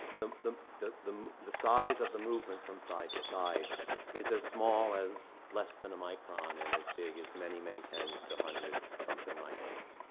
the the the the size of the movement from side-to-side is as small as less than a micron and as big as many, many tens to hundred something microns.